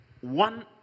one